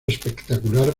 espectacular